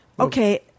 Okay